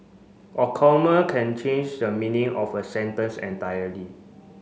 a comma can change the meaning of a sentence entirely